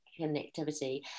connectivity